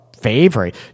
favorite